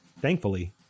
Thankfully